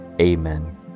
Amen